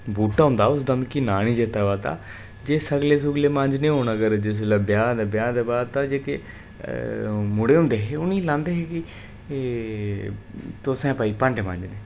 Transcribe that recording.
बूह्टा होंदा उसदा मिगी नांऽ नेईं चेता आवा दा जे सगले सुगले मांजने होन अगर जिसलै ब्याह् ब्याह् दे बाद च तां जेह्के मुड़े होंदे हे उनेंगी लांदे हे कि तुसें भाई भांडे मांजने